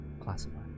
Classified